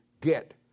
get